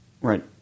Right